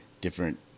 different